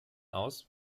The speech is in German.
aus